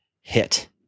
hit